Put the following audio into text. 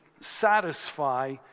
satisfy